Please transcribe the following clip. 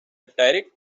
direct